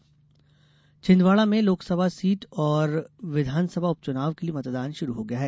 मतदान छिन्दवाड़ा छिन्दवाड़ा में लोकसभा सीट और विधानसभा उपचुनाव के लिए मतदान शुरू हो गया है